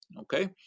okay